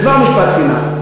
זה כבר משפט שנאה.